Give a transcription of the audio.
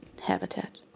Habitat